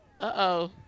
Uh-oh